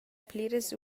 pliras